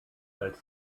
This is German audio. als